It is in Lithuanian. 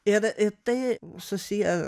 ir tai susiję